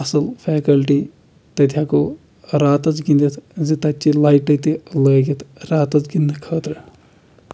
اَصٕل فیکَلٹی تَتہِ ہٮ۪کو راتس گِنٛدِتھ زِ تَتچہِ لایٹہٕ تہِ لٲگِتھ راتس گِنٛدنہٕ خٲطرٕ